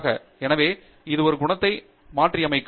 பேராசிரியர் ஆண்ட்ரூ தங்கராஜ் எனவே அது ஒரு குணத்தை மாற்றியமைக்கும்